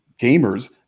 gamers